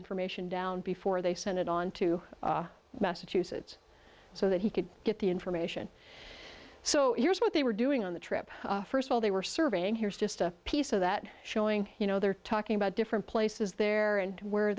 information down before they sent it on to massachusetts so that he could get the information so here's what they were doing on the trip first of all they were surveying here's just a piece of that showing you know they're talking about different places there and where